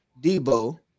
Debo